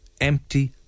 empty